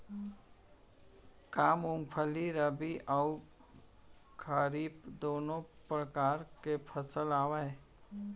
का मूंगफली रबि अऊ खरीफ दूनो परकार फसल आवय?